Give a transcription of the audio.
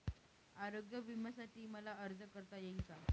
आरोग्य विम्यासाठी मला अर्ज करता येईल का?